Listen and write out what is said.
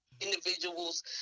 individuals